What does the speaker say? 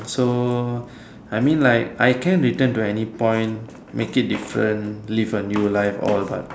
so I mean like I can return to any point make it different live a new life all but